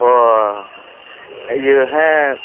ᱚᱻ ᱤᱭᱟᱹ ᱦᱮᱸ